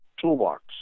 toolbox